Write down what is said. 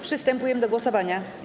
Przystępujemy do głosowania.